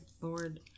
Lord